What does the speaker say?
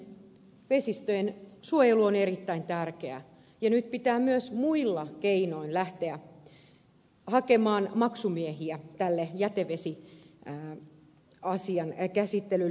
vesistöjen suojelu on erittäin tärkeää ja nyt pitää myös muilla keinoin lähteä hakemaan maksumiehiä tälle jätevesiasian käsittelylle